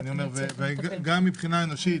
וגם מבחינה אנושית,